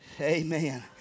Amen